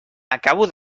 acabo